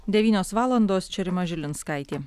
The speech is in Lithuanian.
devynios valandos čia rima žilinskaitė